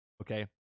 Okay